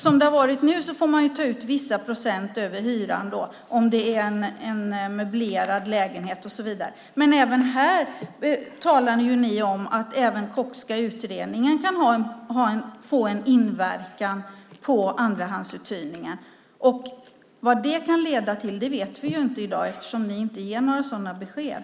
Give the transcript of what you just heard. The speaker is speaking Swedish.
Som det har varit nu får man ta ut vissa procent över hyran om det är en möblerad lägenhet och så vidare. Men även här talar ni om att den Kochska utredningen kan få en inverkan på andrahandsuthyrningen. Vad det kan leda till vet vi inte i dag, eftersom ni inte ger några sådana besked.